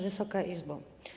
Wysoka Izbo!